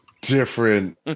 different